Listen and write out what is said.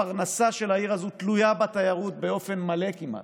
הפרנסה של העיר הזאת תלויה בתיירות באופן מלא כמעט,